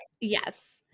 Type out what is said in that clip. Yes